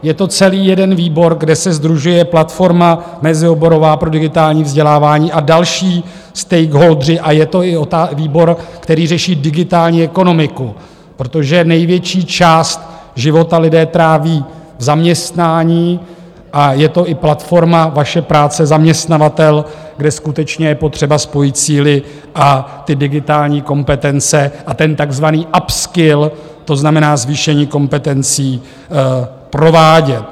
Je to celý jeden výbor, kde se sdružuje platforma mezioborová pro digitální vzdělávání a další stakeholdeři, a je to i výbor, který řeší digitální ekonomiku, protože největší část života lidé tráví v zaměstnání a je to i platforma, vaše práce, zaměstnavatel, kde skutečně je potřeba spojit síly a ty digitální kompetence a ten takzvaný upskill, to znamená zvýšení kompetencí, provádět.